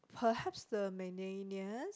perhaps the millennials